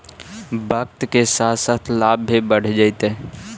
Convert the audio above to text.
वक्त के साथ साथ लाभ भी बढ़ जतइ